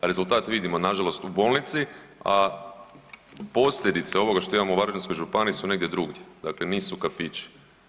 A rezultat vidimo nažalost u bolnici, a posljedice ovoga što imamo u Varaždinskoj županiji su negdje drugdje, dakle nisu kafići.